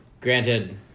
Granted